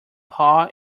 paw